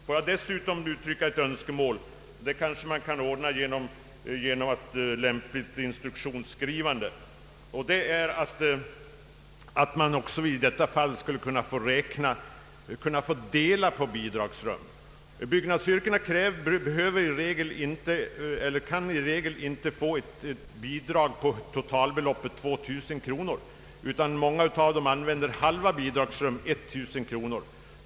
Får jag dessutom uttrycka ett önskemål, som kanske kunde ordnas genom lämpliga instruktioner, att man också finge möjlighet att dela på bidragsrum. Byggnadsyrkena kan i regel inte få bidrag för totalbeloppet 2000 kronor därför att utbildningen i näringslivet inte omfattar föreskrivna 3 år. Många av dem använder halva bidragsrummet, d.v.s. 1000 kronor.